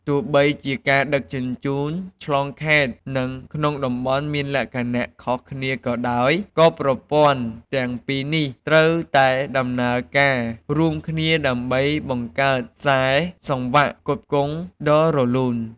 ទោះបីជាការដឹកជញ្ជូនឆ្លងខេត្តនិងក្នុងតំបន់មានលក្ខណៈខុសគ្នាក៏ដោយ ក៏ប្រព័ន្ធទាំងពីរនេះត្រូវតែដំណើរការរួមគ្នាដើម្បីបង្កើតខ្សែសង្វាក់ផ្គត់ផ្គង់ដ៏រលូន។